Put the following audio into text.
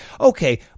okay